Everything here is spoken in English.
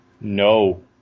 No